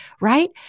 right